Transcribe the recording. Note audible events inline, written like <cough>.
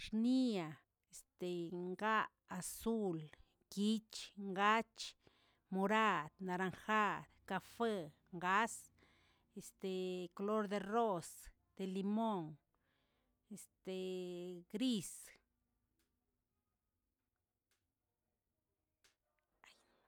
Nia, este ngaꞌa, azul, nguich, ngach, morad, naranjad, kafue, ngasj, <hesitation> klor de ros', de limon, <hesitation> gris. <noise>